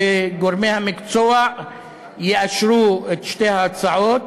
וגורמי המקצוע יאשרו את שתי ההצעות,